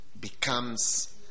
becomes